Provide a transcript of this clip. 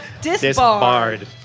Disbarred